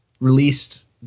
released